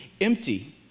empty